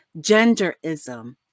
genderism